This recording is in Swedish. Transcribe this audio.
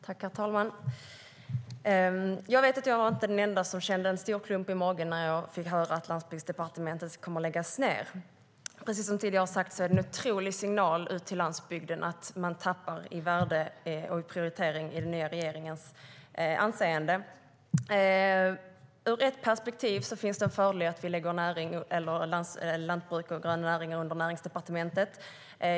Herr talman! Jag vet att jag inte var den enda som kände en stor klump i magen när jag fick höra att Landsbygdsdepartementet kommer att läggas ned. Precis som tidigare har sagts är det en otrolig signal ut till landsbygden att man tappar i värde, i prioritering och i den nya regeringens anseende. Ur ett perspektiv finns det en fördel att vi lägger lantbruk och de gröna näringarna under Näringsdepartementet.